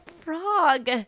frog